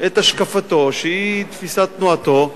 את השקפתו, שהיא תפיסת תנועתו,